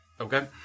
Okay